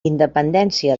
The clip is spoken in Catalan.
independència